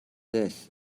this